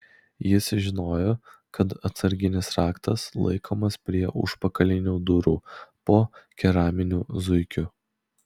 jis žinojo kad atsarginis raktas laikomas prie užpakalinių durų po keraminiu zuikiu